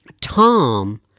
Tom